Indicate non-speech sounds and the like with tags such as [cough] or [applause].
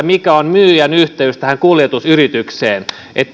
[unintelligible] mikä on myyjän yhteys kuljetusyritykseen